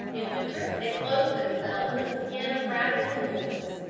in winter they clothed themselves in the skins of rabbits and wolves.